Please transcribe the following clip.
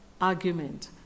argument